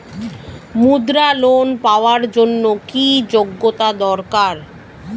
মুদ্রা লোন পাওয়ার জন্য কি যোগ্যতা দরকার?